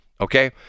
okay